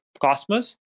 Cosmos